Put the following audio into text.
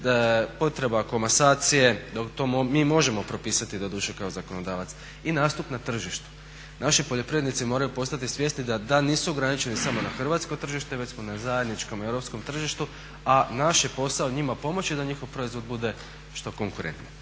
potreba komasacije, dok to mi možemo propisati doduše kao zakonodavac i nastup na tržištu. Naši poljoprivrednici moraju postati svjesni da nisu ograničeni samo na hrvatsko tržište već smo na zajedničkom europskom tržištu a naš je posao njima pomoći da njihov proizvod bude što konkurentniji.